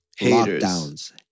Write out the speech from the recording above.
lockdowns